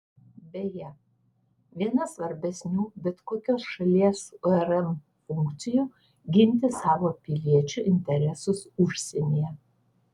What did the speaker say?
beje viena svarbesnių bet kokios šalies urm funkcijų ginti savo piliečių interesus užsienyje